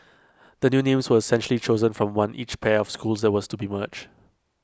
the new names were essentially chosen from one each pair of schools that was to be merged